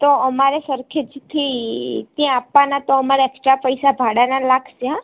તો અમારે સરખેજથી ત્યાં આપવાના તો અમારે એકસ્ટ્રા પૈસા ભાડાનાં લાગશે હોં